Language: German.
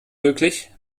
möglich